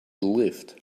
lived